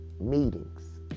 Meetings